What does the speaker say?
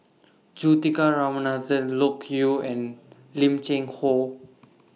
Juthika Ramanathan Loke Yew and Lim Cheng Hoe